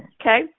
okay